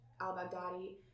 al-Baghdadi